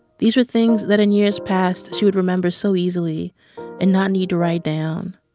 these were things that, in years past, she would remember so easily and not need to write down.